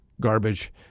garbage